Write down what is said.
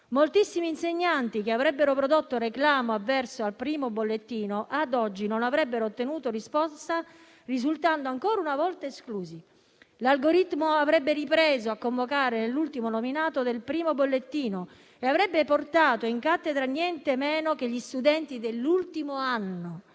Moltissimi insegnanti che avrebbero prodotto reclamo avverso il primo bollettino, ad oggi non avrebbero ottenuto risposta, risultando ancora una volta esclusi. L'algoritmo avrebbe ripreso a convocare l'ultimo nominato del primo bollettino e avrebbe portato in cattedra niente meno che gli studenti dell'ultimo anno.